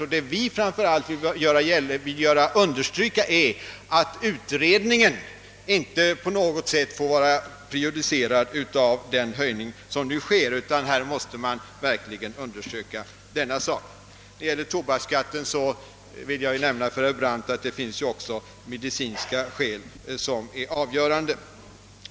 Vad vi framför allt vill understryka är att utredningen inte på något sätt får vara prejudicerad av den höjning som nu sker, utan att man verkligen måste undersöka denna sak. När det gäller tobaksskatten vill jag nämna för herr Brandt att också medicinska skäl har varit avgörande.